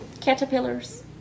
Caterpillars